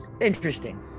interesting